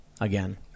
again